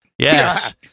Yes